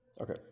Okay